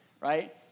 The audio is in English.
right